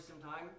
sometime